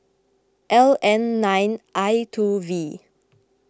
L N nine I two V